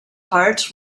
hearts